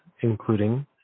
including